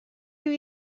you